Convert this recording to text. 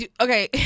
Okay